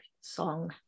song